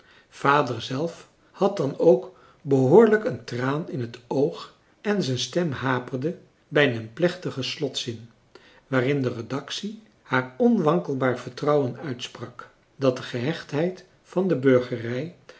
vader zelf had dan ook behoorlijk een traan in het oog en zijn stem haperde bij den plechtigen slotzin waarin de redactie haar onwankelbaar vertrouwen uitsprak dat de gehechtheid van de burgerij